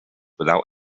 without